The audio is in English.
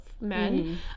men